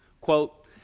quote